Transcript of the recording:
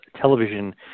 Television